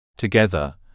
Together